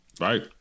Right